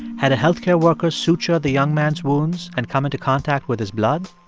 had a health care worker sutured the young man's wounds and come into contact with his blood?